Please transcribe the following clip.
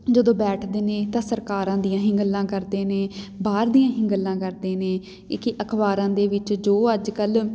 ਜਦੋਂ ਬੈਠਦੇ ਨੇ ਤਾਂ ਸਰਕਾਰਾਂ ਦੀਆਂ ਹੀ ਗੱਲਾਂ ਕਰਦੇ ਨੇ ਬਾਹਰ ਦੀਆਂ ਹੀ ਗੱਲਾਂ ਕਰਦੇ ਨੇ ਇੱਕ ਅਖਬਾਰਾਂ ਦੇ ਵਿੱਚ ਜੋ ਅੱਜ ਕੱਲ੍ਹ